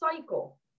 cycle